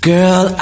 Girl